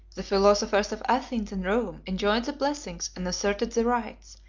the philosophers of athens and rome enjoyed the blessings, and asserted the rights,